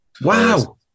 Wow